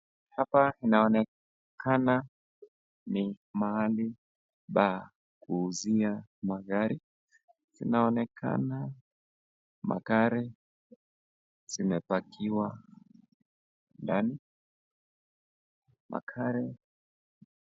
Hapa inaonekana ni mahali pa kuuzia magari, zinaonekana magari zimepakiwa ndani, magari..